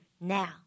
now